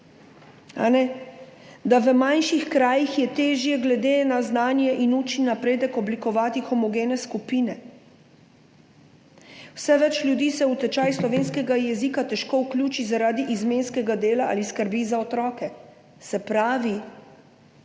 da je v manjših krajih težje glede na znanje in učni napredek, oblikovati homogene skupine, da se vse več ljudi v tečaj slovenskega jezika težko vključi zaradi izmenskega dela ali skrbi za otroke. Se pravi,